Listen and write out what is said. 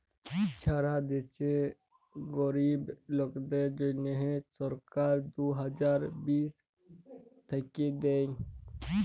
ছারা দ্যাশে গরীব লোকদের জ্যনহে সরকার দু হাজার বিশ থ্যাইকে দেই